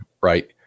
right